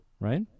right